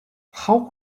how